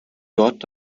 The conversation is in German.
dort